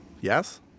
Yes